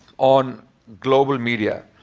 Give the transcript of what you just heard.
on global media.